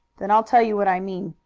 then i'll tell you what i mean.